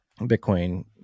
Bitcoin